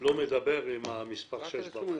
לא מדבר עם מספר שש בבית?